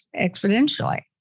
exponentially